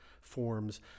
forms